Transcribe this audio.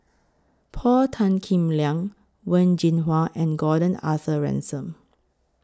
Paul Tan Kim Liang Wen Jinhua and Gordon Arthur Ransome